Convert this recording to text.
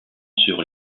sur